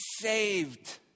Saved